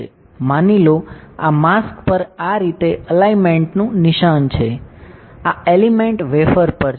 માની લો આ માસ્ક પર આ રીતે અલાઈનમેંટ નું નિશાન છે આ એલિમેંટ વેફર પર છે